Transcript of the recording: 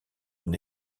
une